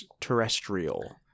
terrestrial